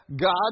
God